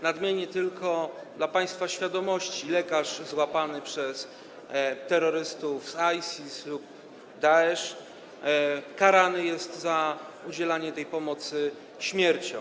Nadmienię tylko, dla państwa wiadomości, że lekarz złapany przez terrorystów z ISIS czy Daesz karany jest za udzielanie pomocy śmiercią.